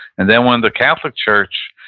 and then when the catholic church,